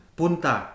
punta